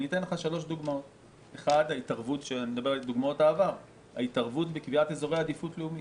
אתן לך שלוש דוגמאות מהעבר: 1. ההתערבות בקביעת אזורי עדיפות לאומית.